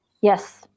yes